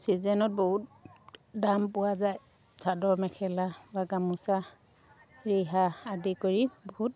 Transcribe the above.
ছিজনত বহুত দাম পোৱা যায় চাদৰ মেখেলা বা গামোচা ৰিহা আদি কৰি বহুত